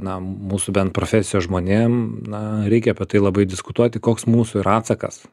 na mūsų bent profesijos žmonėm na reikia apie tai labai diskutuoti koks mūsų yra atsakas